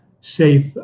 safe